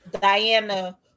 Diana